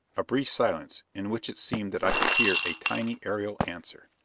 a brief silence, in which it seemed that i could hear a tiny aerial answer.